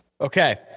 Okay